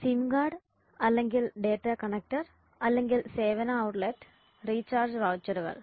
SIM card അല്ലെങ്കിൽ data connector അല്ലെങ്കിൽ സേവന ഔട്ട്ലെറ്റ് റീചാർജ് വൌച്ചറുകൾ